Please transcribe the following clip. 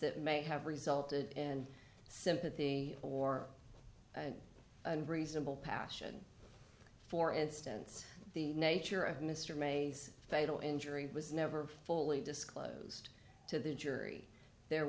that may have resulted in sympathy or unreasonable passion for instance the nature of mr may's fatal injury was never fully disclosed to the jury there